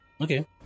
Okay